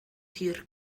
hir